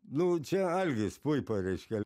nu čia algis puipa reiškia